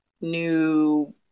new